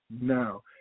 now